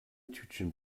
tütchen